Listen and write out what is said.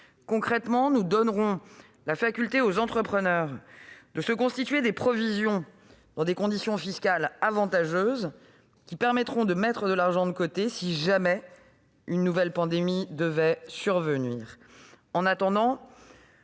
Concrètement, nous donnerons la faculté aux entrepreneurs de se constituer des provisions dans des conditions fiscales avantageuses qui permettront de mettre de l'argent de côté si jamais une nouvelle pandémie devait survenir.